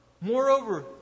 Moreover